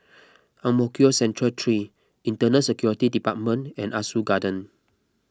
Ang Mo Kio Central three Internal Security Department and Ah Soo Garden